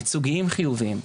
ייצוגיים חיוביים.